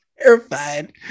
Terrified